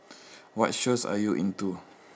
what shows are you into